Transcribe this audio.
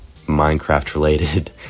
Minecraft-related